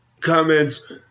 comments